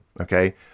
okay